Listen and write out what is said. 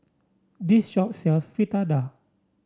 this shop sells Fritada